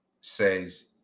says